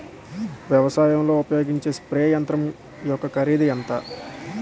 వ్యవసాయం లో ఉపయోగించే స్ప్రే యంత్రం యెక్క కరిదు ఎంత?